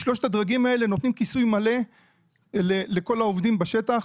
שלושת הדרגים האלה נותנים כיסוי מלא לכל העובדים בשטח,